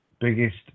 biggest